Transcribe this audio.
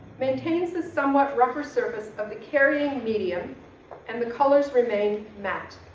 maintains the somewhat rougher surface of the carrying medium and the colors remain matte.